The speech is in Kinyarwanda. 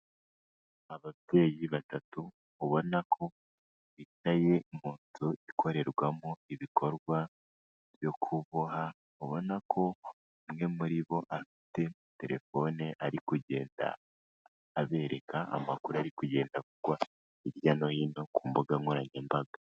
Ababyeyi batatu ubona ko bicaye mu nzu ikorerwamo ibikorwa byo kuboha, ubona ko umwe muri bo afite telefone ari kugenda abereka amakuru ari kugenda avugwa hirya no hino ku mbuga nkoranyambaga.